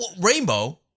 rainbow